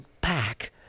back